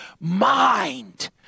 mind